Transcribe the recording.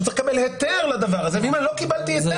אני צריך לקבל היתר לדבר הזה ואם לא קיבלתי היתר